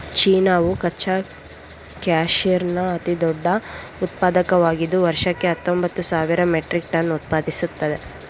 ಚೀನಾವು ಕಚ್ಚಾ ಕ್ಯಾಶ್ಮೀರ್ನ ಅತಿದೊಡ್ಡ ಉತ್ಪಾದಕವಾಗಿದ್ದು ವರ್ಷಕ್ಕೆ ಹತ್ತೊಂಬತ್ತು ಸಾವಿರ ಮೆಟ್ರಿಕ್ ಟನ್ ಉತ್ಪಾದಿಸ್ತದೆ